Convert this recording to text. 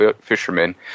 fishermen